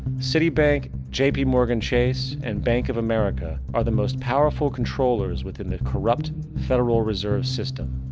citibank, jp morgan chase and bank of america are the most powerful controllers within the corrupt federal reserve system.